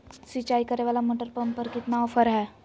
सिंचाई करे वाला मोटर पंप पर कितना ऑफर हाय?